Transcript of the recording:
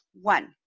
One